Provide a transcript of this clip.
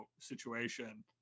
situation